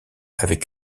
avec